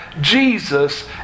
Jesus